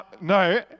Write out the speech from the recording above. No